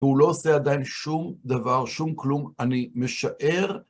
הוא לא עושה עדיין שום דבר, שום כלום, אני משער.